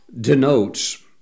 denotes